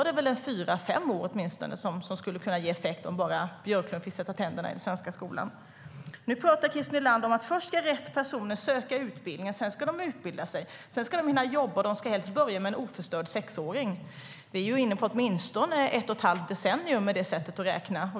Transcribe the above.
Det var fyra fem år som skulle ge effekt om bara Björklund fick sätta tänderna i den svenska skolan. Nu pratar Christer Nylander om att först ska rätt personer söka utbildningen, sedan ska de utbildas, sedan ska de hinna jobba och helst börja med en oförstörd sexåring. Vi är inne på åtminstone ett och ett halvt decennium med det sättet att räkna.